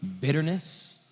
Bitterness